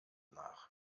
nach